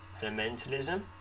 elementalism